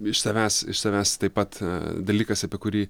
iš savęs iš savęs taip pat dalykas apie kurį